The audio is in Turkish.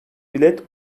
bilet